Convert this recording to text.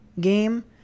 game